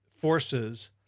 forces